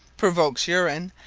provokes urine,